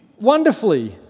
Wonderfully